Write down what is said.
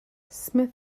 smith